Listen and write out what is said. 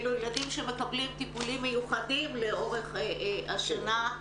אלו ילדים שמקבלים טיפולים מיוחדים לאורך השנה,